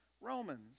Romans